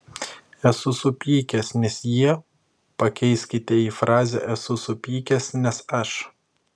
esu supykęs nes jie pakeiskite į frazę esu supykęs nes aš